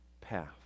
path